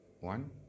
One